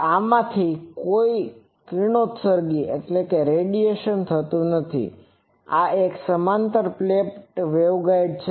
તેથી આમાંથી કોઈ કિરણોત્સર્ગ થતું નથી આ એક સમાંતર પ્લેટ વેવગાઇડ છે